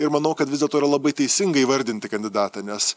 ir manau kad vis dėlto yra labai teisinga įvardinti kandidatą nes